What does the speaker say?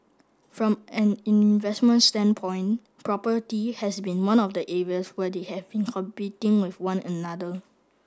from an investment standpoint property has been one of the areas where they have been competing with one another